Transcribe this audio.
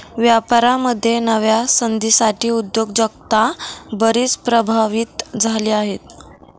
व्यापारामध्ये नव्या संधींसाठी उद्योजकता बरीच प्रभावित झाली आहे